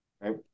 right